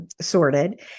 sorted